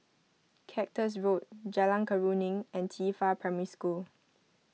Cactus Road Jalan Keruing and Qifa Primary School